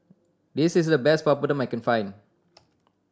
this is the best Papadum that I can find